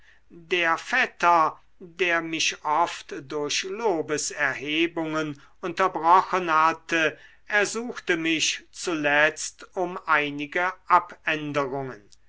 der vetter der mich oft durch lobeserhebungen unterbrochen hatte ersuchte mich zuletzt um einige abänderungen